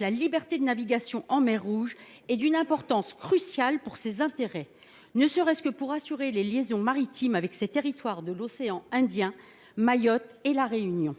La liberté de navigation en mer Rouge est d’une importance cruciale pour les intérêts de la France, ne serait ce que pour assurer les liaisons maritimes avec ses territoires de l’océan Indien, Mayotte et La Réunion.